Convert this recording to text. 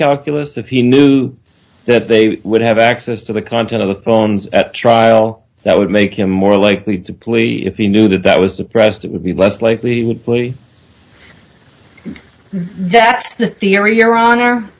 calculus if he knew that they would have access to the content of the phones at trial that would make him more likely to plea if he knew that that was suppressed it would be less likely that the theory your honor